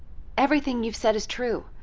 everything you've said is true.